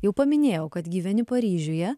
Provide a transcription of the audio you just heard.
jau paminėjau kad gyveni paryžiuje